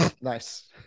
nice